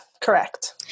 correct